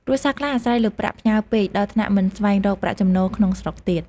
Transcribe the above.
គ្រួសារខ្លះអាស្រ័យលើប្រាក់ផ្ញើពេក ដល់ថ្នាក់មិនស្វែងរកប្រាក់ចំណូលក្នុងស្រុកទៀត។